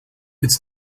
it’s